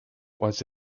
was